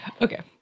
Okay